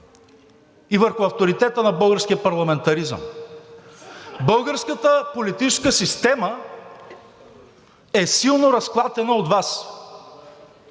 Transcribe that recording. и върху авторитета на българския парламентаризъм. Българската политическа система е силно разклатена от Вас